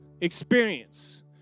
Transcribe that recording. experience